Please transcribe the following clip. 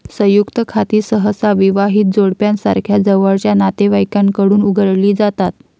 संयुक्त खाती सहसा विवाहित जोडप्यासारख्या जवळच्या नातेवाईकांकडून उघडली जातात